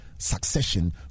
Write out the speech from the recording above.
Succession